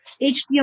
HDMI